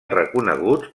reconeguts